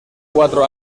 cuatro